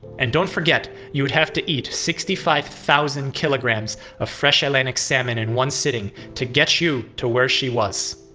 and don't forget, you would have to eat sixty five thousand kg of fresh atlantic salmon in one sitting to get you to where she was.